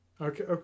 Okay